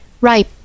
Ripe